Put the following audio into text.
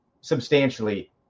substantially